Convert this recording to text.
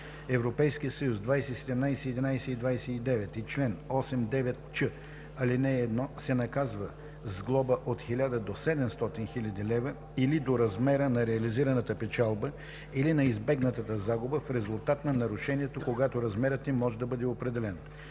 Регламент (ЕС) 2017/1129 и чл. 89ч, ал. 1, се наказва с глоба от 1000 до 700 000 лв. или до размера на реализираната печалба или на избегнатата загуба в резултат на нарушението, когато размерът им може да бъде определен.“